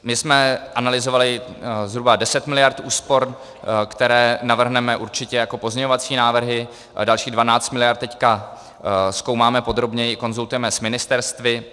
My jsme analyzovali zhruba 10 miliard úspor, které navrhneme určitě jako pozměňovací návrhy, a dalších 12 miliard teď zkoumáme podrobněji, konzultujeme s ministerstvy.